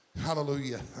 Hallelujah